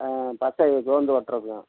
ஆ பசை கோந்து ஓட்டுறதுக்குதான்